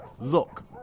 Look